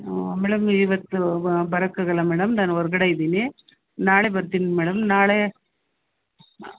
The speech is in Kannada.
ಹಾಂ ಮೇಡಮ್ ಇವತ್ತು ಬರಕ್ಕಾಗಲ್ಲ ಮೇಡಮ್ ನಾನು ಹೊರ್ಗಡೆ ಇದ್ದೀನಿ ನಾಳೆ ಬರ್ತೀನಿ ಮೇಡಮ್ ನಾಳೆ